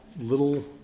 little